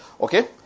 okay